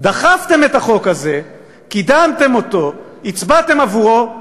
דחפתם את החוק הזה, קידמתם אותו, הצבעתם עבורו,